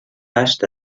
هشت